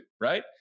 right